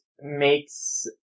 makes